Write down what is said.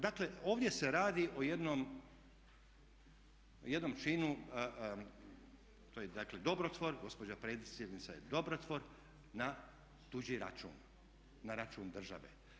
Dakle, ovdje se radi o jednom činu toj dakle dobrotvorki, gospođa predsjednica je dobrotvor na tuđi račun, na račun države.